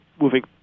moving